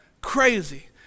Crazy